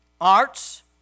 arts